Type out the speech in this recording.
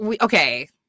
Okay